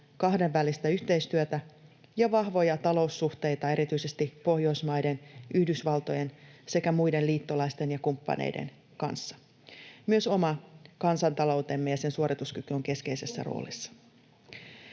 kahdenvälistä yhteistyötä ja vahvoja taloussuhteita erityisesti Pohjoismaiden, Yhdysvaltojen sekä muiden liittolaisten ja kumppaneiden kanssa. Myös oma kansantaloutemme ja sen suorituskyky on keskeisessä roolissa.